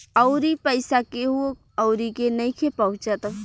अउरी पईसा केहु अउरी के नइखे पहुचत